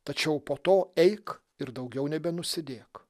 tačiau po to eik ir daugiau nebenusidėk